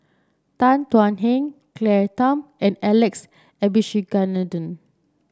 Tan Thuan Heng Claire Tham and Alex Abisheganaden